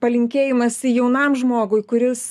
palinkėjimas jaunam žmogui kuris